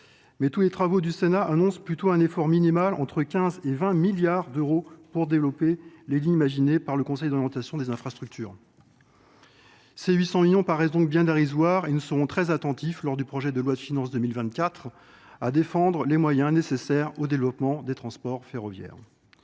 mais tous les travaux du sénat annoncent plutôt un effort minimal entre quinze et vingt milliards d'euros pour développer les lignes imagines par le d'orientation des infrastructures ces huit cents millions paraissent donc bien dérisoires et nous serons très attentifs lors du projet de loi de finances deux mille vingt quatre à défendre les moyens nécessaires au développement des transports ferroviaires